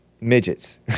Midgets